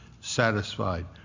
satisfied